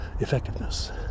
effectiveness